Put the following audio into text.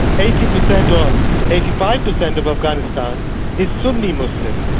eighty per cent or eighty five per cent of afghanistan is sunni muslim,